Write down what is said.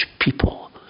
people